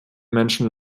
menschen